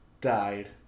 died